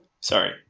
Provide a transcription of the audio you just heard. Sorry